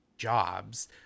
Jobs